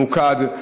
ממוקד.